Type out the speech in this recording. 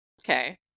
Okay